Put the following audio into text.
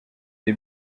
the